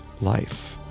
life